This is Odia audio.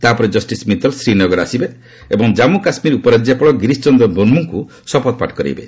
ତା'ପରେ ଜଷ୍ଟିସ୍ ମିତଲ୍ ଶ୍ରୀନଗର ଆସିବେ ଏବଂ ଜନ୍ମୁ କାଶ୍ମୀର ଉପରାଜ୍ୟପାଳ ଗିରୀଶ ଚନ୍ଦ୍ର ମୁର୍ମୁଙ୍କୁ ଶପଥ ପାଠ କରାଇବେ